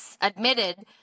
admitted